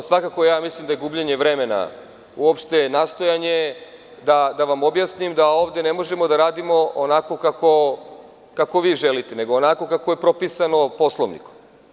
Svakako ja mislim da je gubljenje vremena uopšte nastojanje da vam objasnim da ovde ne možemo da radimo onako kako vi želite, nego onako kako je propisano Poslovnikom.